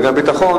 וגם ביטחון.